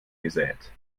gesät